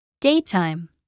Daytime